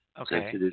Okay